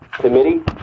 committee